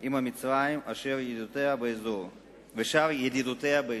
עם מצרים ושאר ידידותיה באזור.